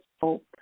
hope